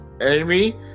Amy